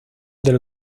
del